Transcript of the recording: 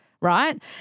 right